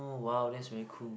oh !wow! that very cool